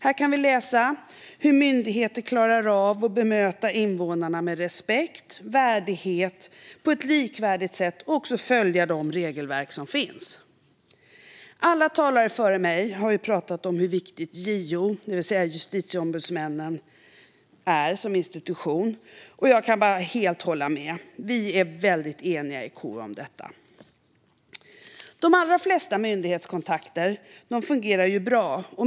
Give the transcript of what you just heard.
Vi kan läsa om hur myndigheterna klarar av att bemöta invånarna likvärdigt med respekt och värdighet och följa de regelverk som finns. Alla talare före mig har sagt hur viktigt JO som institution är, och jag kan bara hålla med. KU är helt enigt om detta. De allra flesta myndighetskontakter fungerar bra.